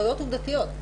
טעויות עובדתיות.